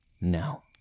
Now